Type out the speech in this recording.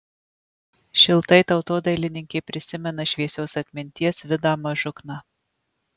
šiltai tautodailininkė prisimena šviesios atminties vidą mažukną